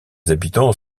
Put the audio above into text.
habitants